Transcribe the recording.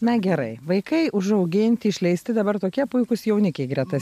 na gerai vaikai užauginti išleisti dabar tokie puikūs jaunikiai greta